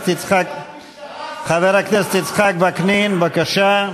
יש עמדת משטרה --- חבר הכנסת יצחק וקנין, בבקשה,